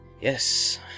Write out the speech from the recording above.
Yes